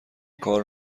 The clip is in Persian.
کار